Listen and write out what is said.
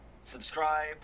Subscribe